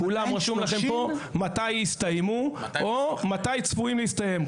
ורשום לכם פה מתי הם הסתיימו או מתי הם צפויים להסתיים.